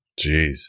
Jeez